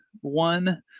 one